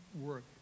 work